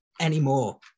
anymore